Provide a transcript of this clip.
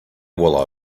while